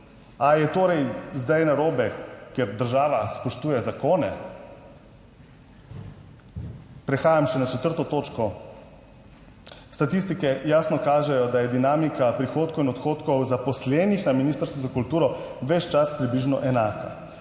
Ali je torej zdaj narobe, ker država spoštuje zakone? Prehajam še na 4. točko. Statistike jasno kažejo, da je dinamika prihodkov in odhodkov zaposlenih na Ministrstvu za kulturo ves čas približno enaka,